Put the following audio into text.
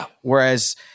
Whereas